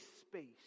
space